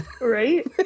Right